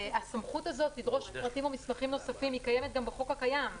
והסמכות הזאת לדרוש פרטים או מסמכים נוספים קיימת גם בחוק הקיים,